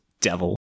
devil